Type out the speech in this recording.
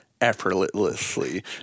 effortlessly